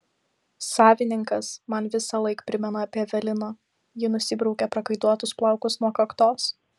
savininkas man visąlaik primena apie eveliną ji nusibraukė prakaituotus plaukus nuo kaktos